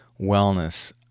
wellness